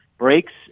Breaks